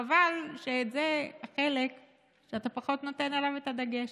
חבל שזה החלק שאתה פחות נותן עליו את הדגש.